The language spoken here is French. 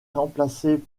remplacés